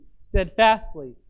steadfastly